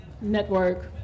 network